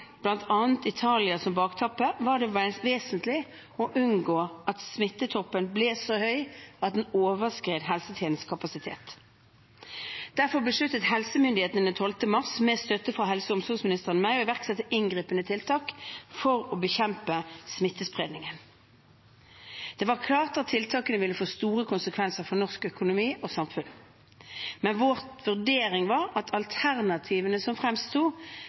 Italia, som bakteppe, var det vesentlig å unngå at smittetoppen ble så høy at den overskred helsetjenestens kapasitet. Derfor besluttet helsemyndighetene den 12. mars, med støtte fra helse- og omsorgsministeren og meg, å iverksette inngripende tiltak for å bekjempe smittespredningen. Det var klart at tiltakene ville få store konsekvenser for norsk økonomi og samfunnsliv. Men vår vurdering var at alternativet fremsto som